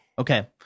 Okay